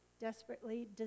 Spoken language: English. desperately